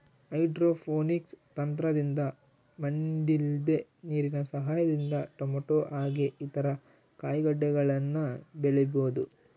hydroponics ತಂತ್ರದಿಂದ ಮಣ್ಣಿಲ್ದೆ ನೀರಿನ ಸಹಾಯದಿಂದ ಟೊಮೇಟೊ ಹಾಗೆ ಇತರ ಕಾಯಿಗಡ್ಡೆಗಳನ್ನ ಬೆಳಿಬೊದು